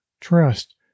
trust